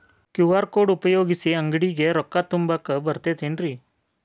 QR code ಉಪಯೋಗಿಸಿ, ಅಂಗಡಿಗೆ ರೊಕ್ಕಾ ತುಂಬಾಕ್ ಬರತೈತೇನ್ರೇ?